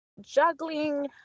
juggling